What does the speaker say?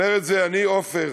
אומר את זה אני, עופר,